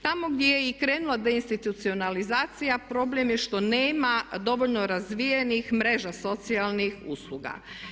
Tamo gdje je i krenula deinstitucionalizacija problem je što nema dovoljno razvijenih mreža socijalnih usluga.